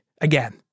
Again